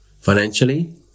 financially